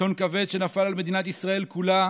אסון כבד נפל על מדינת ישראל כולה